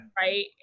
right